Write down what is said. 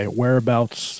whereabouts